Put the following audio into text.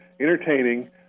entertaining